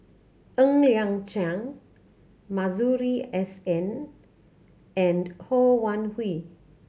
Ng Liang Chiang Masuri S N and Ho Wan Hui